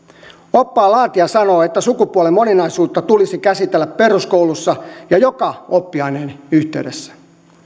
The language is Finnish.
oppaan laatija sanoo että sukupuolen moninaisuutta tulisi käsitellä peruskoulussa ja joka oppiaineen yhteydessä